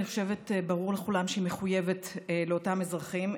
אני חושבת שברור לכולם שהיא מחויבת לאותם אזרחים,